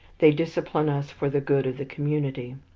they discipline us for the good of the community.